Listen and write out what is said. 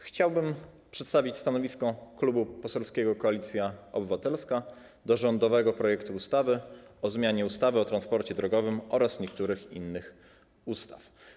Chciałbym przedstawić stanowisko Klubu Parlamentarnego Koalicja Obywatelska wobec rządowego projektu ustawy o zmianie ustawy o transporcie drogowym oraz niektórych innych ustaw.